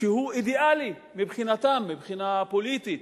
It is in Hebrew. שהוא אידיאלי מבחינתם, מבחינה פוליטית,